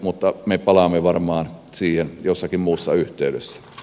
mutta me palaamme varmaan siihen jossakin muussa yhteydessä